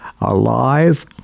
alive